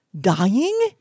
dying